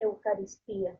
eucaristía